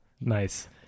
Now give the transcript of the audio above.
nice